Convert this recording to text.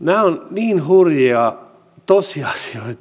niin hurjia tosiasioita että